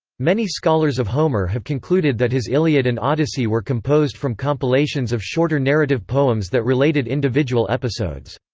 many scholars of homer have concluded that his iliad and odyssey were composed from compilations of shorter narrative poems that related individual episodes.